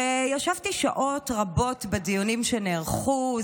ישבתי שעות רבות בדיונים שנערכו.